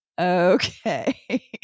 Okay